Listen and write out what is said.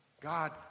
God